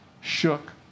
shook